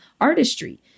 artistry